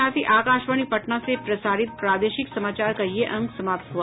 इसके साथ ही आकाशवाणी पटना से प्रसारित प्रादेशिक समाचार का ये अंक समाप्त हुआ